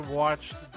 watched